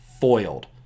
foiled